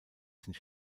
sind